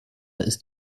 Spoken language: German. ist